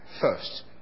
first